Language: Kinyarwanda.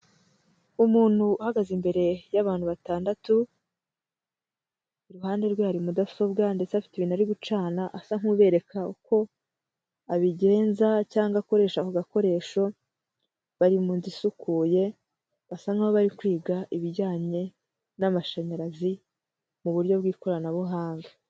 Umuntu uhagaze imbere y'abantu batandatu, iruhande rwe hari mudasobwa ndetse afite ibintu ari gucana asa nk'ubereka uko abigenza cyangwa akoresha ako gakoresho, bari mu nzu isukuye basa nk'abari kwiga ibijyanye n'amashanyarazi mu buryo bw'ikoranabuhanga.